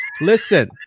listen